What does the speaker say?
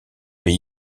leur